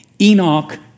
Enoch